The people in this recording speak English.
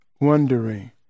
wondering